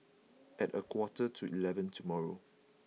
at a quarter to eleven tomorrow